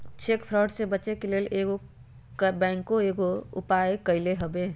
cheque fraud से बचे के लेल बैंकों कयगो उपाय कलकइ हबे